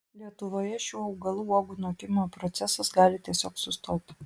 lietuvoje šių augalų uogų nokimo procesas gali tiesiog sustoti